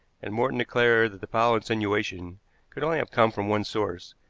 and morton declared that the foul insinuation could only have come from one source,